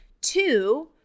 Two